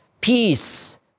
peace